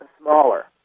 smaller